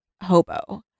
hobo